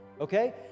Okay